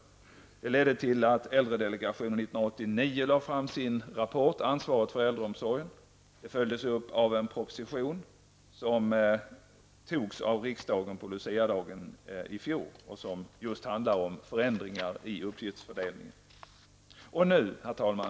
Detta ledde till att äldredelegationen 1989 lade fram sin rapport Ansvaret för äldreomsorgen. Denna rapport följdes upp av en proposition som antogs av riksdagen på luciadagen i fjol och som handlar om just förändringar i uppgiftsfördelningen. Herr talman!